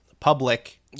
public